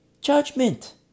Judgment